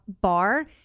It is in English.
bar